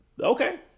Okay